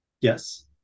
Yes